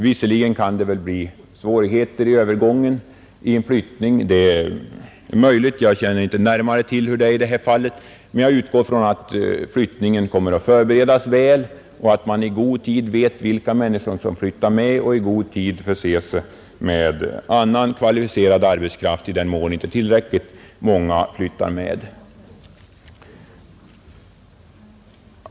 Visserligen kan det uppstå övergångssvårigheter vid en flyttning, Jag känner inte närmare till hur det ligger till i detta fallet, men jag utgår från att flyttningen kommer att förberedas väl och att man i god tid vet vilka anställda som flyttar med och att man också i god tid förser sig med annan kvalificerad arbetskraft i den mån så erfordras.